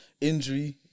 injury